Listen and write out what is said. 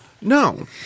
No